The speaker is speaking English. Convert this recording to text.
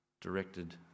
directed